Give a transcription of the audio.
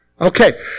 Okay